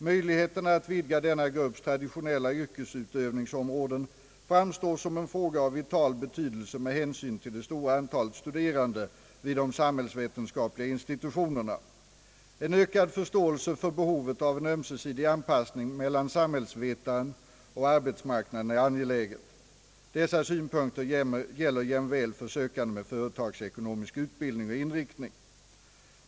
Möjligheterna att vidga denna grupps traditionella yrkesutövningsområden framstår som en fråga av vital betydelse med hänsyn till det stora antalet studerande vid de samhällsvetenskapliga institutionerna. En ökad förståelse för behovet av en ömsesidig anpassning mellan samhällsvetaren och arbetsmarknaden är angelägen. Dessa synpunkter gäller jämväl för sökande med företagsekonomisk utbildning och inriktning.